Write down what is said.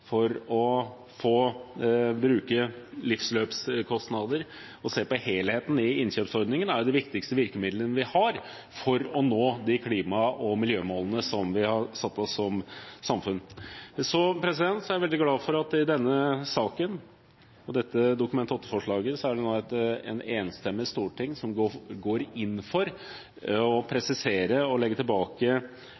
for å oppnå gode miljømål og å se på livsløpskostnader og på helheten i innkjøpsordningen er de viktigste virkemidlene vi har for å nå de klima- og miljømålene som vi har satt oss som samfunn. Så er jeg veldig glad for at det i forbindelse med dette Dokument 8-forslaget nå er et enstemmig storting som går inn for – og presiserer – å